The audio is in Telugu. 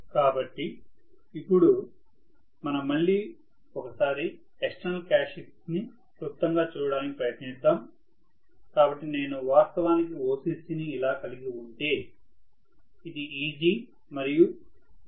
కాబట్టి ఇప్పుడు మనం మళ్ళీ ఒక్కసారి ఎక్స్టర్నల్ క్యారెక్టర్స్టిక్స్ ని క్లుప్తంగా చూడటానికి ప్రయత్నిద్దాం కాబట్టి నేను వాస్తవానికి OCC ని ఇలా కలిగి ఉంటే ఇది Eg మరియు ఇది Ifs అయి ఉంటుంది